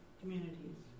communities